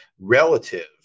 relative